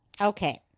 Okay